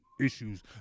issues